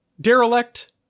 Derelict